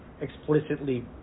explicitly